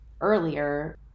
earlier